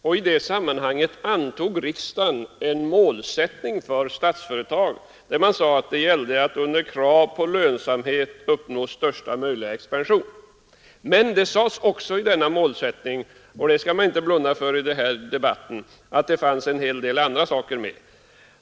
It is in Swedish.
I det sammanhanget antog riksdagen en målsättning för Statsföretag där man sade att det gällde att under krav på lönsamhet uppnå största möjliga expansion. Men det sades också i denna målsättning — och det skall man inte blunda för i den här debatten — att det fanns en hel del andra saker med.